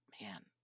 man